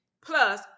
plus